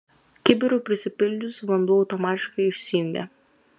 kibirui prisipildžius vanduo automatiškai išsijungia